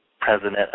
president